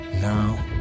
Now